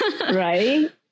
Right